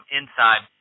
inside